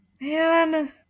Man